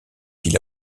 qu’il